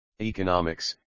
economics